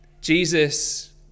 Jesus